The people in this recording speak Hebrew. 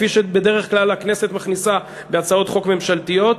כפי שבדרך כלל הכנסת מכניסה בהצעות חוק ממשלתיות,